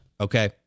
Okay